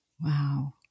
Wow